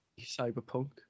Cyberpunk